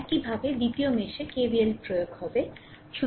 একইভাবে দ্বিতীয় মেশে KVL প্রয়োগ হবে